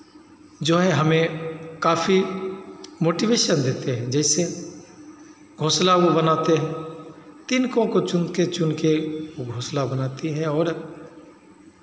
जो है हमें काफी मोटिवेशन देते हैं जैसे घोंसला वो बनाते हैं तिनकों को चुन के चुन के वो घोंसला बनाती है और